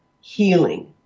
healing